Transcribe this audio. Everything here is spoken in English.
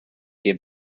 gave